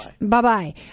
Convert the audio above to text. Bye-bye